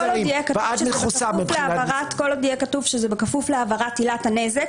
ואת מכוסה מבחינת --- כל עוד יהיה כתוב שזה בכפוף להעברת עילת הנזק,